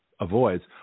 avoids